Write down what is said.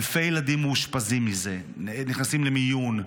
אלפי ילדים מאושפזים מזה, נכנסים למיון.